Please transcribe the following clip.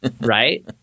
right